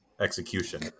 execution